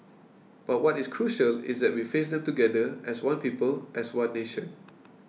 but what is crucial is that we face them together as one people as one nation